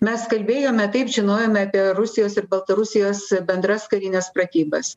mes kalbėjome taip žinojome apie rusijos ir baltarusijos bendras karines pratybas